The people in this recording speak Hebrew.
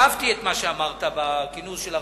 אהבתי את מה שאמרת בכינוס של הרבנים.